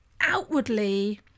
outwardly